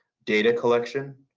data collection,